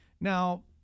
Now